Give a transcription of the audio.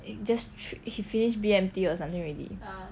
he just thr~ he finish B_M_T or something already